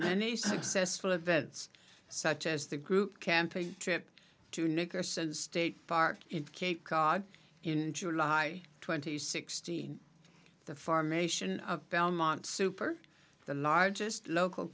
many successful events such as the group camping trip to nickerson state park in cape cod in july twenty sixth seen the formation of belmont super the largest local